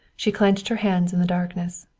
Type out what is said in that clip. she clenched her hands in the darkness.